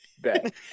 Bet